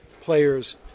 players